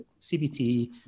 CBT